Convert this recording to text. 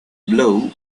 blow